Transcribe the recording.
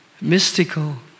mystical